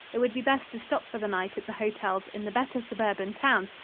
it would be best to stop for the night at the hotels in the better suburban towns,